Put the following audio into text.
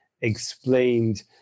explained